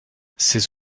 ces